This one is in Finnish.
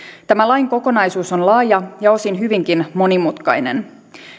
tämä lain kokonaisuushan on laaja ja osin hyvinkin monimutkainen